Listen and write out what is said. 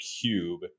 cube